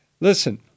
listen